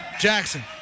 Jackson